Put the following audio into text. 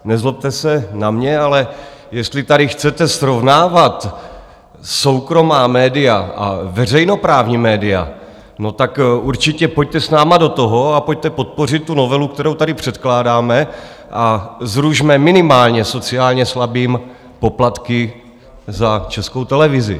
Nezlobte se na mě, ale jestli tady chcete srovnávat soukromá média a veřejnoprávní média, tak určitě pojďte s námi do toho a pojďte podpořit novelu, kterou tady předkládáme, a zrušme minimálně sociálně slabým poplatky za Českou televizi.